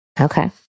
Okay